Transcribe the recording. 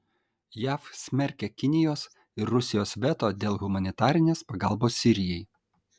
jav smerkia kinijos ir rusijos veto dėl humanitarinės pagalbos sirijai